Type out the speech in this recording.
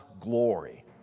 glory